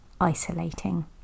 isolating